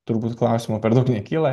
turbūt klausimų per daug nekyla